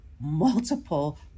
multiple